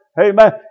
Amen